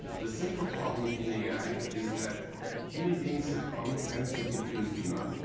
the central problem in a i. is that human beings have common sense and computers do not.